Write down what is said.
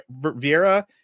Viera